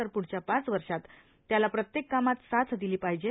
तरए प्ढच्या पाच वर्षांत त्याला प्रत्येक कामात साथ दिली पाहिजे